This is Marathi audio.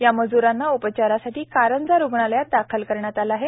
या मज्रांना उपचारासाठी कारंजा रुग्णालयात दाखल करण्यात आलं आहे